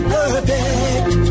perfect